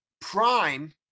Prime